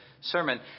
sermon